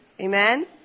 Amen